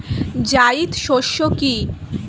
জায়িদ শস্য কি?